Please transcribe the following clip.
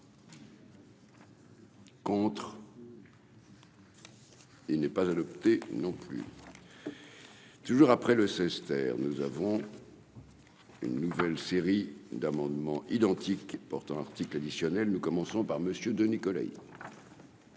Compte. Il n'est pas adopté non plus toujours après le secrétaire nous avons. Une nouvelle série d'amendements identiques portant article additionnel nous commençons par monsieur